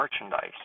merchandise